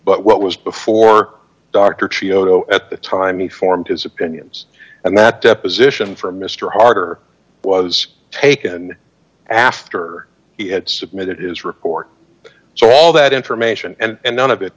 but what was before doctor cio at the time he formed his opinions and that deposition from mister harder was taken after he had submitted his report so all that information and none of it